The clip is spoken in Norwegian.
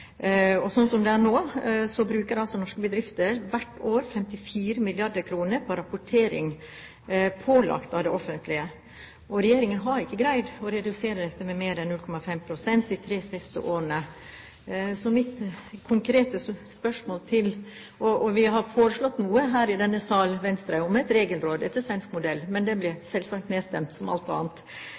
det er nå, bruker altså norske bedrifter hvert år 54 mrd. kr på rapportering, pålagt av det offentlige. Regjeringen har ikke greid å redusere dette med mer enn 0,5 pst. de tre siste årene. Venstre har foreslått noe her i denne salen – et regelråd etter svensk modell – men det ble selvsagt nedstemt, som alt annet.